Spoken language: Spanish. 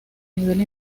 nivel